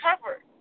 covered